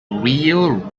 real